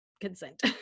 consent